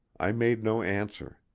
i made no answer.